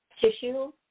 tissue